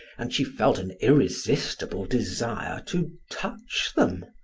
and she felt an irresistible desire to touch them,